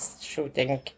shooting